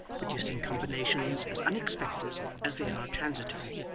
producing combinations as unexpected as they are transitory.